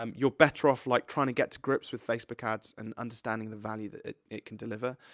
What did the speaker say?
um you're better off, like, trying to get to grips with facebook ads and understanding the value that it it can deliver.